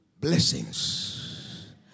blessings